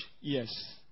Yes